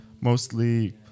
mostly